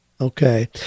Okay